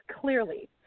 clearly